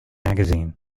magazine